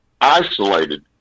isolated